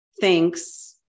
thanks